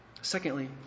Secondly